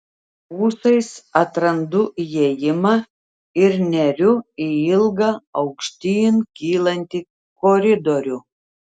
ūsais atrandu įėjimą ir neriu į ilgą aukštyn kylantį koridorių